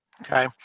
okay